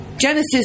Genesis